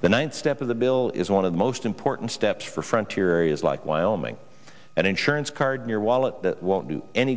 the one step of the bill is one of the most important steps for frontier areas like wyoming an insurance card in your wallet that won't do any